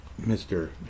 Mr